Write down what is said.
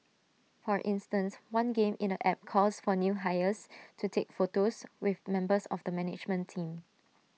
for instance one game in the app calls for new hires to take photos with members of the management team